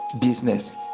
business